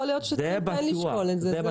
יכול להיות שצריך כן לשקול את זה.